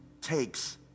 takes